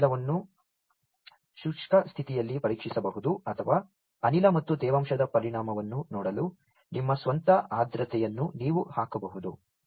ಆದ್ದರಿಂದ ನೀವು ಈ ಅನಿಲವನ್ನು ಶುಷ್ಕ ಸ್ಥಿತಿಯಲ್ಲಿ ಪರೀಕ್ಷಿಸಬಹುದು ಅಥವಾ ಅನಿಲ ಮತ್ತು ತೇವಾಂಶದ ಪರಿಣಾಮವನ್ನು ನೋಡಲು ನಿಮ್ಮ ಸ್ವಂತ ಆರ್ದ್ರತೆಯನ್ನು ನೀವು ಹಾಕಬಹುದು